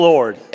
Lord